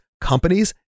companies